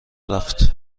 رفت